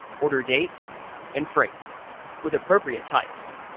order date and freight with appropriate types.